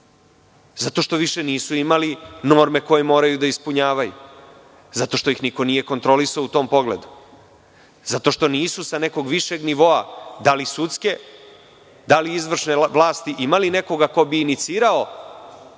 Zato što više nisu imali norme koje moraju da ispunjavaju. Zato što ih niko nije kontrolisao u tom pogledu. Zato što nisu sa nekog višeg nivoa, da li sudske, da li izvršne vlasti, imali nekoga ko bi inicirao